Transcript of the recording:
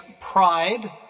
pride